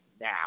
now